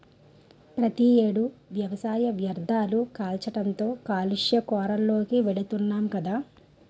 ప్రతి ఏడు వ్యవసాయ వ్యర్ధాలు కాల్చడంతో కాలుష్య కోరల్లోకి వెలుతున్నాం గదా